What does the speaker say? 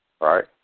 right